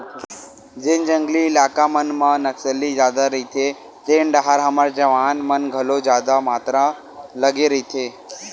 जेन जंगली इलाका मन म नक्सली जादा रहिथे तेन डाहर हमर जवान मन घलो जादा मातरा लगे रहिथे